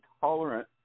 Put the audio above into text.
tolerant